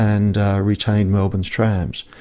and retained melbourne's trams.